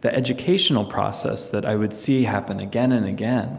the educational process that i would see happen again and again